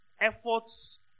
efforts